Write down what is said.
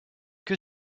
que